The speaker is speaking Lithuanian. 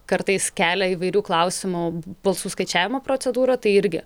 kartais kelia įvairių klausimų balsų skaičiavimo procedūra tai irgi